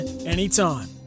anytime